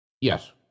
Yes